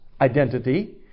identity